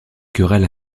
querelles